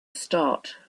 start